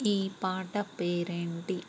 ఈ పాట పేరు ఏంటి